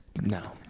no